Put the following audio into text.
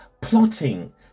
plotting